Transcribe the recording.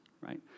right